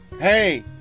hey